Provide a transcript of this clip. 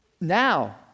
now